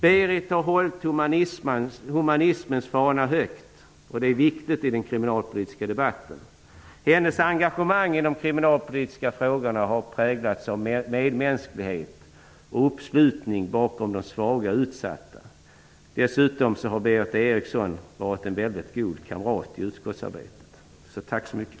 Berith Eriksson har hållit humanismens fana högt, och det är viktigt i den kriminalpolitiska debatten. Hennes engagemang i de kriminalpolitiska frågorna har präglats av medmänsklighet och uppslutning bakom de svaga och utsatta. Dessutom har Berith Eriksson varit en väldigt god kamrat i utskottsarbetet. Tack så mycket!